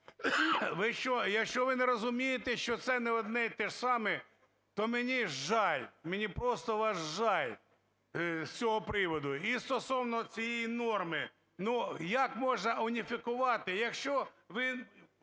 Якщо ви не розумієте, що це не одне і те саме, то мені жаль, мені просто вас жаль з цього приводу. І стосовно цієї норми. Як можна уніфікувати, якщо ви